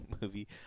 movie